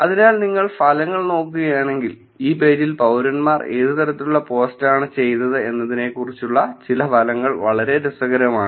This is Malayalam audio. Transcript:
അതിനാൽ നിങ്ങൾ ഫലങ്ങൾ നോക്കുകയാണെങ്കിൽ ഈ പേജിൽ പൌരന്മാർ ഏത് തരത്തിലുള്ള പോസ്റ്റാണ് ചെയ്തത് എന്നതിനെക്കുറിച്ചുള്ള ചില ഫലങ്ങൾ വളരെ രസകരമാണ്